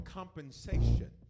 compensation